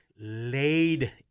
laid